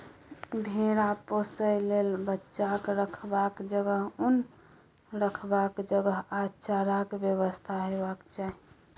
भेरा पोसय लेल बच्चाक रखबाक जगह, उन रखबाक जगह आ चाराक बेबस्था हेबाक चाही